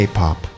K-Pop